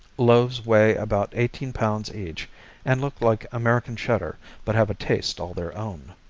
loaves weigh about eighteen pounds each and look like american cheddar but have a taste all their own.